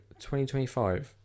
2025